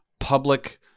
public